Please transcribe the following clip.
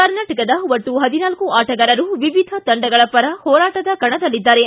ಕರ್ನಾಟಕದ ಒಟ್ಟು ಪದಿನಾಲ್ಕು ಆಟಗಾರರು ವಿವಿಧ ತಂಡಗಳ ಪರ ಹೋರಾಟದ ಕಣದಲ್ಲಿದ್ದಾರೆ